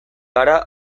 gara